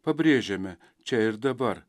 pabrėžiame čia ir dabar